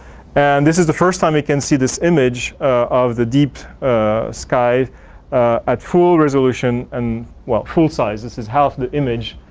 and this is the first time you can see this image of the deep sky at full resolution and, well, full size. this is half the image.